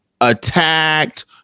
attacked